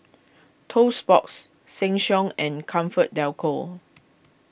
Toast Box Seng Siong and Comfort Delgro